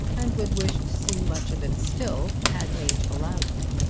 and would wish to see much of it still, had age allowed her.